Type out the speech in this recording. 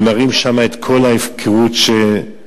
ומראים שם את כל ההפקרות ששוררת,